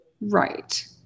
Right